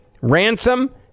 ransom